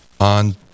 on